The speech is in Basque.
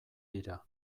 dira